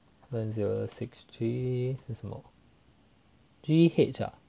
one zero six three 是什么 G_H ah